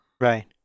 right